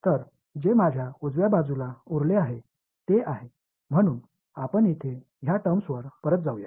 तर जे माझ्या उजव्या बाजूला उरले आहे ते आहे म्हणून आपण येथे या टर्म्सवर परत जाऊया